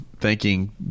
Thanking